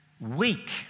weak